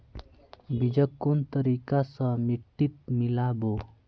बीजक कुन तरिका स मिट्टीत मिला बो